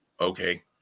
okay